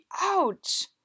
Ouch